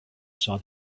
saw